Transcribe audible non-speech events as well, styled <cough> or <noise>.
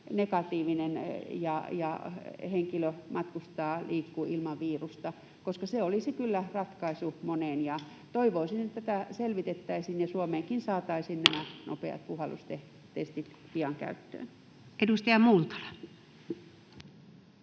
negatiivinen, niin että henkilö matkustaa, liikkuu ilman virusta, koska se olisi kyllä ratkaisu moneen. Toivoisin, että tätä selvitettäisiin ja Suomessakin saataisiin <noise> nämä nopeat puhallustestit pian käyttöön. [Speech 32]